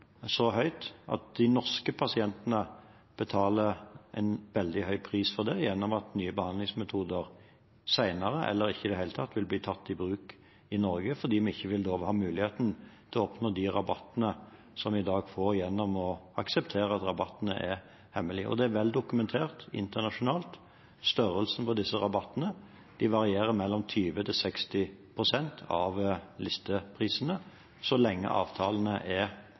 så høyt at de norske pasientene betaler en veldig høy pris for det, gjennom at nye behandlingsmetoder vil bli tatt i bruk i Norge senere, eller ikke i det hele tatt, fordi vi da ikke vil ha muligheten til å oppnå de rabattene som vi i dag får gjennom å akseptere at de er hemmelige. Det er også vel dokumentert internasjonalt. Størrelsen på disse rabattene varierer mellom 20 og 60 pst. av listeprisene så lenge avtalene er